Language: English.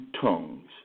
tongues